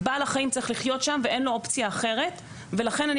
בעל החיים צריך לחיות שם ואין לו אופציה אחרת ולכן אני